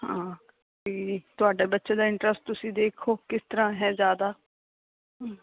ਹਾਂ ਪੀ ਤੁਹਾਡੇ ਬੱਚੇ ਦਾ ਇੰਟ੍ਰਸਟ ਤੁਸੀਂ ਦੇਖੋ ਕਿਸ ਤਰ੍ਹਾਂ ਹੈ ਜ਼ਿਆਦਾ ਹੂੰ